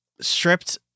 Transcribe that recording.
stripped